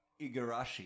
Igarashi